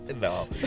No